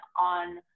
on